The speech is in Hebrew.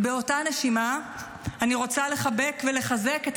ובאותה נשימה אני רוצה לחבק ולחזק את